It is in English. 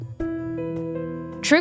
True